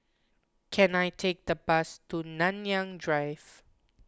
can I take a bus to Nanyang Drive